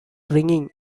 ringing